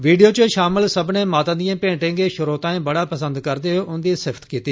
video च षामल सब्मनें माता दियें भेटें गी श्रोताएं बड़ा पसन्द करदे होई उन्दी सिफ्त कीती